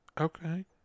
Okay